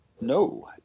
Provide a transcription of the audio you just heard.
No